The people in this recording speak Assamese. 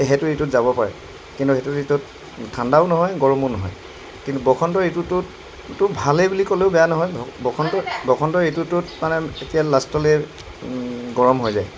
সেইটো ঋতুত যাব পাৰে কিন্তু সেইটো ঋতুত ঠাণ্ডাও নহয় গৰমো নহয় কিন্তু বসন্ত ঋতুটোত তো ভালেই বুলি ক'লেও বেয়া নহয় বসন্ত বসন্ত ঋতুটোত মানে এতিয়া লাষ্টলৈ গৰম হৈ যায়